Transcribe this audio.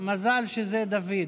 מזל שזה דוד.